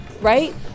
Right